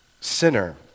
sinner